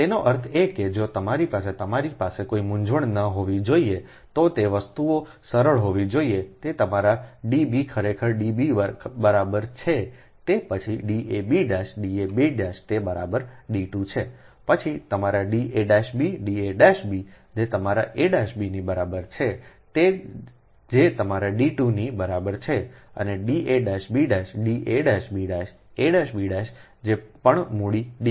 તેનો અર્થ એ કે જો તમારી પાસે તમારી પાસે કોઈ મૂંઝવણ ન હોવી જોઈએ તો તે વસ્તુઓ સરળ હોવી જોઈએ જે તમારો ડબ ખરેખર ડબ બરાબર છે તે પછી dab' dab' તે બરાબર D 2 છે પછી તમારા da'b da'b જે તમારી ab ની બરાબર છે જે તમારા d2 ની બરાબર છે અને dab dab ab જે પણ મૂડી D